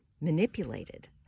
manipulated